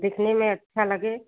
दिखने में अच्छा लगे